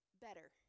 better